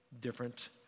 different